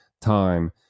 time